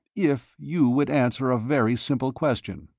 if you would answer a very simple question.